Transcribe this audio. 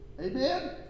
Amen